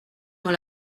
dans